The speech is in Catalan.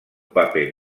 paper